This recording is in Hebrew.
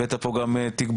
הבאת פה גם תגבורת,